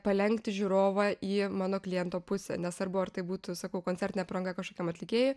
palenkti žiūrovą į mano kliento pusę nesvarbu ar tai būtų sakau koncertinė apranga kažkokiam atlikėjui